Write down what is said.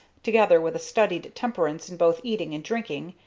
together with a studied temperance in both eating and drinking,